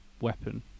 weapon